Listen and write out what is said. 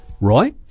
Roy